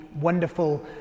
wonderful